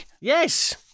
Yes